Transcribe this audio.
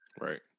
Right